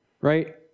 right